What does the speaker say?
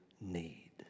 need